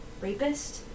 Rapist